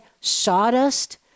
sawdust